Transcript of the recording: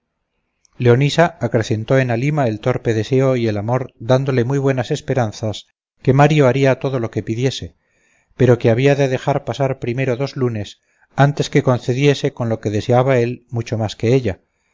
leonisa acrecentó en halima el torpe deseo y el amor dándole muy buenas esperanzas que mario haría todo lo que pidiese pero que había de dejar pasar primero dos lunes antes que concediese con lo que deseaba él mucho más que ella